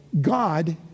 God